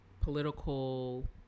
political